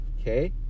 Okay